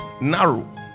narrow